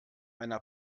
einer